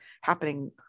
happening